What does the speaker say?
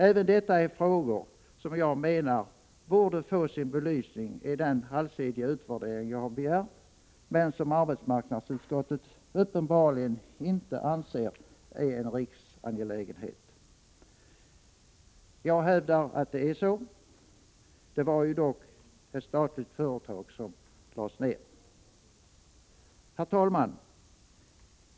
Även detta är frågor som jag menar borde få sin belysning i den allsidiga utvärdering jag begärt men som arbetsmarknadsutskottet uppenbarligen inte anser är en riksangelägenhet. Jag hävdar att det är det. Det var dock ett statligt företag som lades ned. Herr talman!